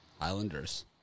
Islanders